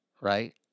right